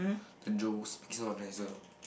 angels speaking of nicer